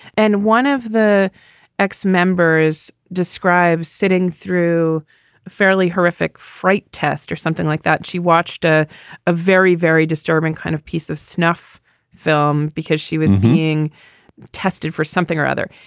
and one of the ex-members describes sitting through a fairly horrific fright test or something like that. she watched a ah very, very disturbing kind of piece of snuff film because she was being tested for something or other.